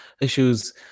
issues